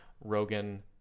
Rogan